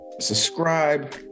subscribe